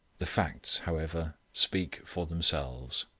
the facts, however, speak for themselves.